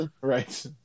Right